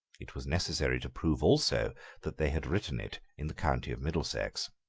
it was necessary to prove also that they had written it in the county of middlesex.